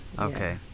Okay